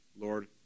Lord